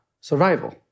survival